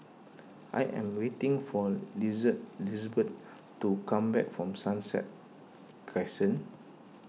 I am waiting for Lize Lizeben to come back from Sunset Crescent